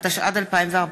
התשע"ד 2014,